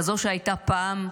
כזו שהייתה פעם,